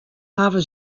hawwe